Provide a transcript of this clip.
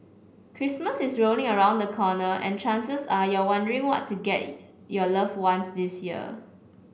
Christmas is rolling around the corner and chances are you wondering what to get your loved ones this year